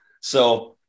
So-